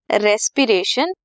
respiration